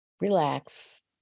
relax